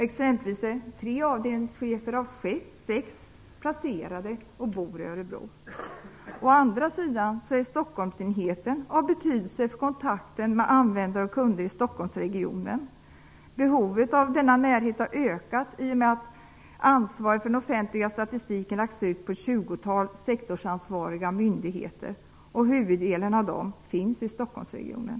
Exempelvis är tre avdelningschefer av sex placerade och bosatta i Örebro. Stockholmsenheten är dock av betydelse för kontakten med användare och kunder i Stockholmsregionen. Behovet av denna närhet har ökat i och med att ansvaret för den offentliga statistiken lagts ut på ett tjugotal sektorsansvariga myndigheter. Huvuddelen av dessa finns i Stockholmsregionen.